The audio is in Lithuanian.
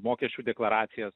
mokesčių deklaracijas